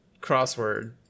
crossword